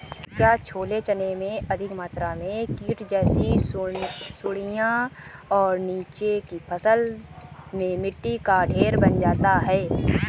क्या छोले चने में अधिक मात्रा में कीट जैसी सुड़ियां और नीचे की फसल में मिट्टी का ढेर बन जाता है?